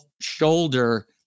shoulder